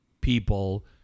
people